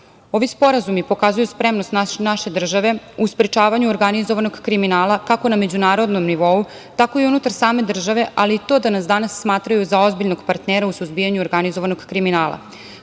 sporazumi pokazuju spremnost naše države u sprečavanju organizovanog kriminala kako na međunarodnom nivou, tako i unutar same države, ali i to da nas smatraju za ozbiljnog partnera u suzbijanju organizovanog kriminala. Predsednik